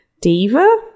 Diva